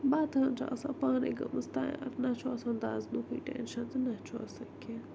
بَتہٕ ہن چھِ آسان پانے گٲمٕژ تیار نہَ چھُ آسان دَزنُکُے ٹٮ۪نشَن تہٕ نہَ چھُ آسان کیٚنٛہہ